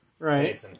Right